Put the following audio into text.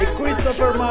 Christopher